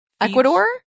Ecuador